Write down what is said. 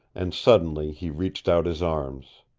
and suddenly he reached out his arms.